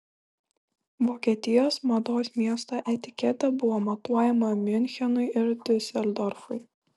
vokietijos mados miesto etiketė buvo matuojama miunchenui ir diuseldorfui